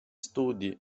studi